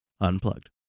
unplugged